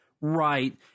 right